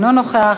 אינו נוכח,